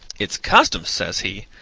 its customs! says he.